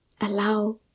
Allow